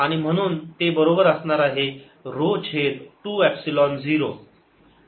आणि म्हणून ते बरोबर असणार आहे ऱ्हो छेद 2 एपसिलोन 0